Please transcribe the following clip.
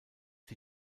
die